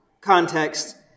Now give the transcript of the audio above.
context